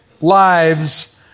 lives